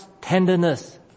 tenderness